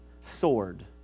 sword